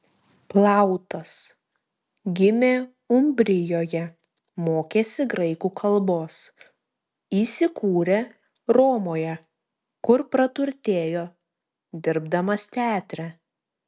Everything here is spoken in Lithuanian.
plautas gimė umbrijoje mokėsi graikų kalbos įsikūrė romoje kur praturtėjo dirbdamas teatre